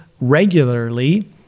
regularly